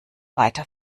weiter